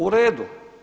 U redu.